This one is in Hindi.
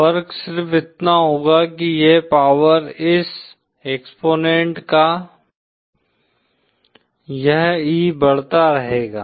फर्क सिर्फ इतना होगा कि यह पावर इस एक्सपोनेंट का यह e बढ़ता रहेगा